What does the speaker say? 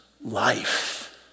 life